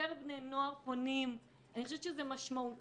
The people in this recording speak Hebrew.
יותר בני נוער פונים, אני חושבת שזה משמעותי.